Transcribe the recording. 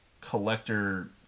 collector